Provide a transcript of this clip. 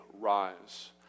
rise